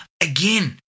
again